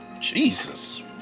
Jesus